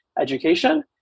Education